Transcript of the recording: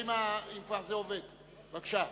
בבקשה.